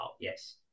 yes